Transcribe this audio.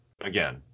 Again